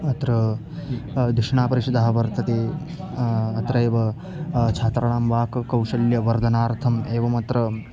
अ अत्र दुष्णापरिषदः वर्तते अत्र एव छात्राणां वाक् कौशल्यवर्धनार्थम् एवमत्र